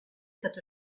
cette